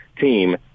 team